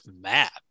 Map